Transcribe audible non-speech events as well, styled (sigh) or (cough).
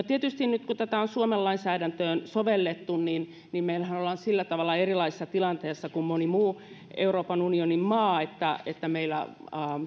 (unintelligible) tietysti nyt kun tätä on suomen lainsäädäntöön sovellettu on huomioitu se että meillähän ollaan sillä tavalla erilaisessa tilanteessa kuin monessa muussa euroopan unionin maassa että meillä